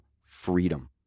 freedom